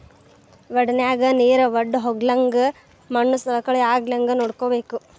ವಡನ್ಯಾಗ ನೇರ ವಡ್ದಹೊಗ್ಲಂಗ ಮಣ್ಣು ಸವಕಳಿ ಆಗ್ಲಂಗ ನೋಡ್ಕೋಬೇಕ